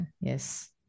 yes